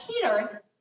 Peter